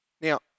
Now